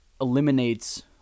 eliminates